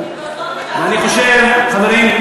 אני קיבלתי את דעת חברי בעניין.